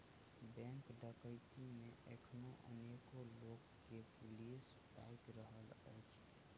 bank डकैती मे एखनो अनेको लोक के पुलिस ताइक रहल अछि